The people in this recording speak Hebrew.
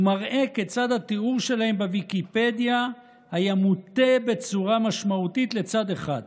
הוא מראה כיצד התיאור שלהם בוויקיפדיה היה מוטה בצורה משמעותית לצד אחד,